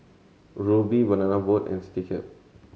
Rubi Banana Boat and Citycab